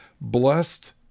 Blessed